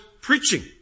preaching